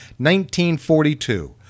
1942